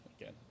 Again